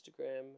Instagram